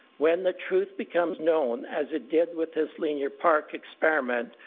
when the truth becomes known as it did with this linear park experiment,